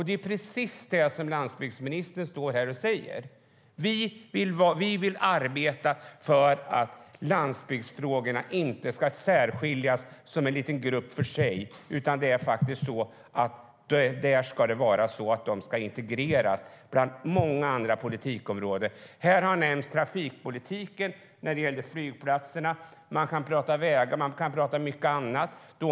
Det är precis det som landsbygdsministern står här och säger: Vi vill arbeta för att landsbygdsfrågorna inte ska särskiljas som en liten grupp för sig, utan de ska integreras i många andra politikområden. Här har nämnts trafikpolitiken när det gällde flygplatserna. Man kan prata om vägar. Man kan prata om mycket annat.